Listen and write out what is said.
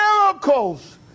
miracles